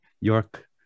York